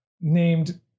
named